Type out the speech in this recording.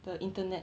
the internet